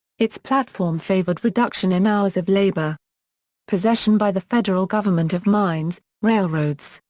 its platform favored reduction in hours of labor possession by the federal government of mines, railroads,